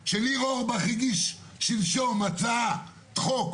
המקומית ובנוסף לכך מחזיקים תעודות השגחה כאלה